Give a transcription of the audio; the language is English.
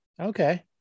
Okay